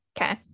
Okay